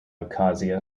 abkhazia